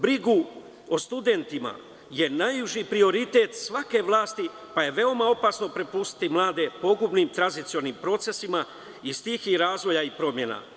Briga o studentima je najuži prioritet svake vlasti, pa je veoma opasno prepustiti mlade pogubnim tranzicionim procesima, razvoja i promena.